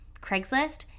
Craigslist